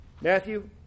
Matthew